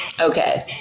Okay